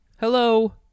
Hello